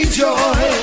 joy